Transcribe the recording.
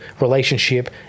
relationship